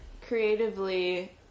Creatively